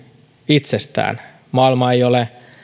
itsestään maailma ei ole